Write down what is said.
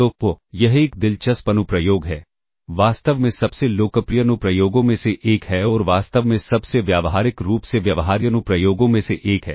तो यह एक दिलचस्प अनुप्रयोग है वास्तव में सबसे लोकप्रिय अनुप्रयोगों में से एक है और वास्तव में सबसे व्यावहारिक रूप से व्यवहार्य अनुप्रयोगों में से एक है